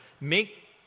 make